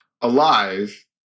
alive